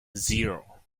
zero